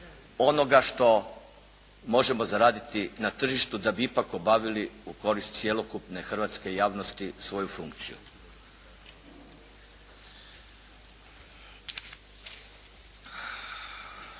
onoga što možemo zaraditi na tržištu da bi ipak obavili u korist cjelokupne hrvatske javnosti svoju funkciju.